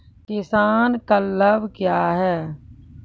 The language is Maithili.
किसान क्लब क्या हैं?